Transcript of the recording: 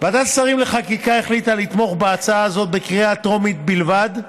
לחקיקה החליטה לתמוך בהצעה הזאת בקריאה טרומית בלבד,